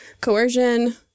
coercion